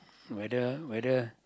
whether whether